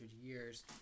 years